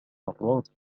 الراديو